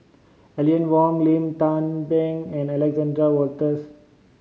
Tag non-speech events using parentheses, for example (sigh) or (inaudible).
(unintelligible) Wong Lim Tze Peng and Alexander Wolters